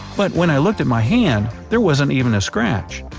but when i looked at my hand, there wasn't even a scratch.